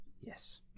Yes